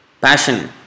Passion